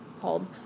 called